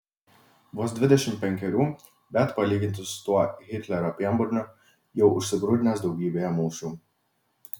vos dvidešimt penkerių bet palyginti su tuo hitlerio pienburniu jau užsigrūdinęs daugybėje mūšių